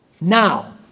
now